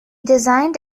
designed